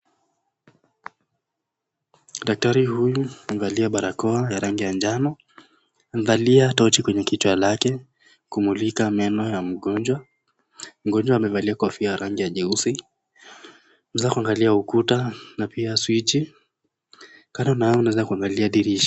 Daktari huyu amevalia barakoa ya rangi ya njano amevalia tochi kwenye kichwa lake kumulika meno ya mgonjwa. Mgonjwa amevalia kofia ya rangi ya nyeusi. Ameweza kuangalia ukuta na pia switch .Kando na hayo unaweza kuangalia dirisha.